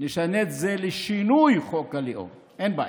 נשנה את זה לשינוי חוק הלאום, אין בעיה,